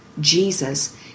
Jesus